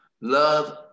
Love